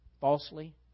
falsely